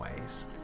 ways